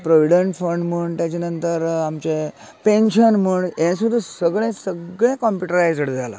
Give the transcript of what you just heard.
provident fund म्हण तेजे नंतर आमचें पॅन्शन म्हण हें सुद्दां सगळें सगळें काॅम्प्युटरायजड जालां